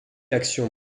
action